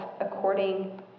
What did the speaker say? according